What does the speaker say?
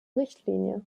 richtlinie